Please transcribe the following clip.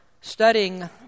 studying